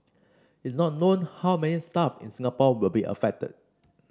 it's not known how many staff in Singapore will be affected